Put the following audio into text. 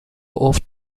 oft